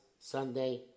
Sunday